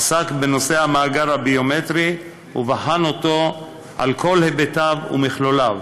עסק בנושא המאגר הביומטרי ובחן אותו על כל היבטיו ומכלוליו.